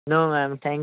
no ma'am thank you